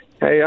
Hey